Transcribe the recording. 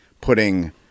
putting